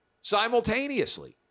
Simultaneously